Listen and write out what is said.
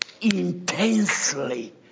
Intensely